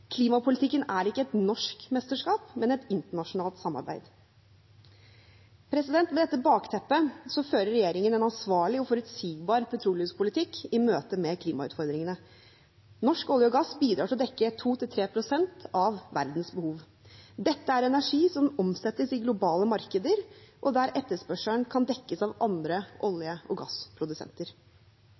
Klimapolitikken er ikke et norsk mesterskap, men et internasjonalt samarbeid. Med dette bakteppet fører regjeringen en ansvarlig og forutsigbar petroleumspolitikk i møte med klimautfordringene. Norsk olje og gass bidrar til å dekke 2–3 pst. av verdens behov. Dette er energi som omsettes i globale markeder, og der etterspørselen kan dekkes av andre olje- og gassprodusenter.